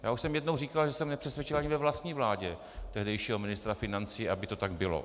Už jsem jednou říkal, že jsem nepřesvědčil ani ve vlastní vládě tehdejšího ministra financí, aby to tak bylo.